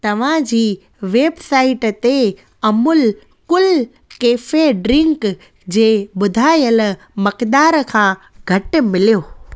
तव्हां जी वेबसाइट ते अमूल कूल कैफे ड्रिंक जे ॿुधायल मक़दार खां घटि मिलियो